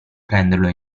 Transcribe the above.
prenderlo